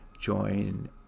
join